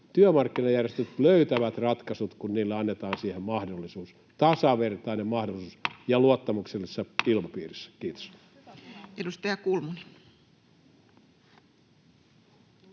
Työmarkkinajärjestöt löytävät ratkaisut, kun niille annetaan siihen mahdollisuus, tasavertainen mahdollisuus, luottamuksellisessa ilmapiirissä. — Kiitos. Edustaja Kulmuni.